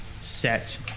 set